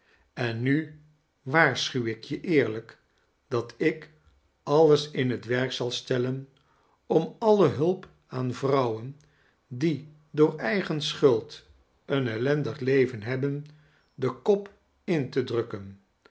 en nu waarschuw ik je eerlijk dat ik alles in het werk zal stellen om alle hulp aan vrouwen die door eigen schuld een ellendig leven hebben den kop in te drukken